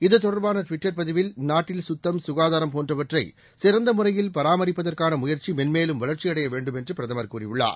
இது தொடர்பானட்விட்டர் பதிவில் நாட்டில் சுத்தம் சுகாதாரம் போன்றவற்றைசிறந்தமுறையில் பராமரிப்பதற்கானமுயற்சிமென்மேலும் வளர்ச்சியடையவேண்டும் என்றுபிரதமர் கூறியுள்ளார்